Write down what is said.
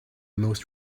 most